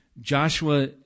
Joshua